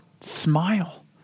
smile